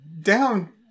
down